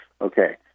Okay